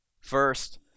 First